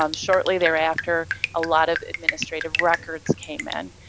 um shortly thereafter a lot of administrative records came in.